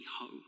home